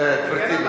גברתי,